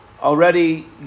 already